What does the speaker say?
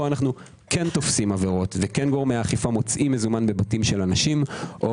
אנו כן תופסים עבירות ומקום שבו כן גורמי האכיפה מוצאים בבתים של אנשים.